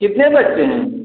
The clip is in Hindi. कितने बच्चे हैं